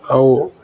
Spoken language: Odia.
ଆଉ